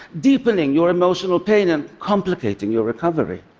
deepening your emotional pain and complicating your recovery.